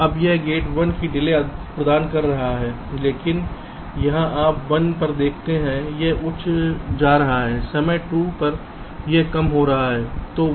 अब यह गेट 1 की डिले प्रदान कर रहा है लेकिन यहां आप समय 1 पर देखते हैं यह उच्च जा रहा है समय 2 पर यह कम हो रहा है